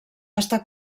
està